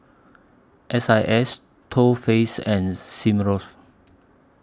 S I S Too Faced and Smirnoff